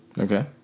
Okay